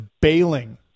bailing